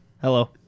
Hello